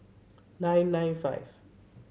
nine nine five